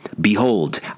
Behold